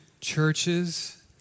churches